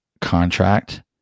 contract